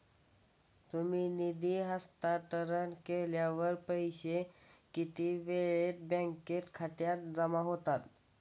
तुम्ही निधी हस्तांतरण केल्यावर ते पैसे किती वेळाने बँक खात्यात जमा होतील?